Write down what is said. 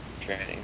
training